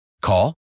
Call